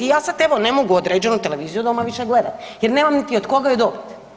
I ja sad evo ne mogu određenu televiziju doma više gledati, jer nemam niti od koga je dobit.